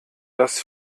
das